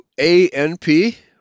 ANP